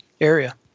area